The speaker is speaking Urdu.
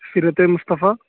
سیرت مصطفیٰ